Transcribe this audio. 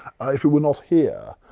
if you were not here,